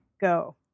go